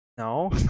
no